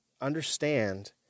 understand